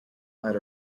might